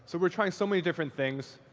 so we're trying so many different things.